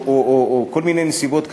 או כל מיני נסיבות כאלה.